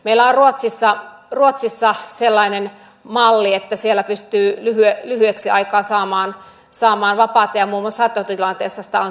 meillä on ruotsissa sellainen malli että siellä pystyy lyhyeksi aikaa samaan vapaata ja muun muassa saattohoitotilanteessa sitä on käytetty